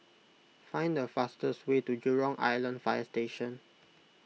find the fastest way to Jurong Island Fire Station